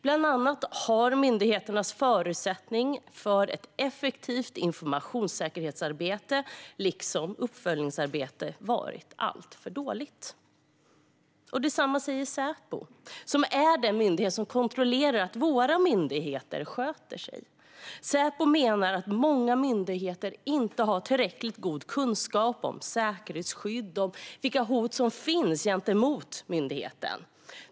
Bland annat har myndigheternas förutsättningar för ett effektivt informationssäkerhetsarbete liksom uppföljningsarbete varit alltför dåliga. Detsamma säger Säpo, som är den myndighet som kontrollerar att våra myndigheter sköter sig. Säpo menar att många myndigheter inte har tillräckligt god kunskap om säkerhetsskydd och om vilka hot som finns gentemot dem.